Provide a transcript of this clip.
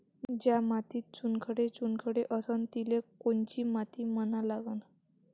ज्या मातीत चुनखडे चुनखडे असन तिले कोनची माती म्हना लागन?